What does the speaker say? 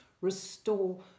restore